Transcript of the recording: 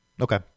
Okay